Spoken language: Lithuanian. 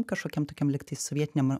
kažkokiam tokiam lyg tai sovietiniam